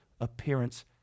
appearance